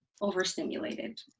overstimulated